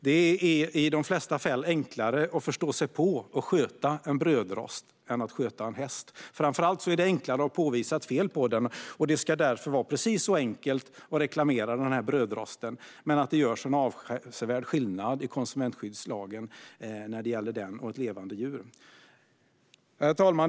Det är i de flesta fall enklare att förstå sig på och sköta en brödrost än att sköta en häst. Framför allt är det enklare att påvisa ett fel på den. Det ska därför vara precis så enkelt att reklamera den här brödrosten, men det ska göras en avsevärd skillnad i konsumentskyddslagen mellan den och ett levande djur. Herr talman!